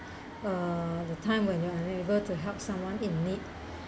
uh the time when you are unable to help someone in need